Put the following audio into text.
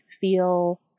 feel